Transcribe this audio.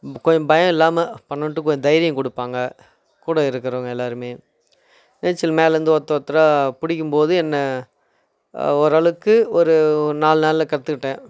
கொஞ்சம் பயம் இல்லாமல் பண்ணுன்ட்டு கொஞ்சம் தைரியம் கொடுப்பாங்க கூட இருக்கிறவங்க எல்லாருமே நீச்சல் மேலேருந்து ஒருத்த ஒருத்தராக பிடிக்கும்போது என்ன ஓரளவுக்கு ஒரு நாலுநாளில் கற்றுக்கிட்டேன்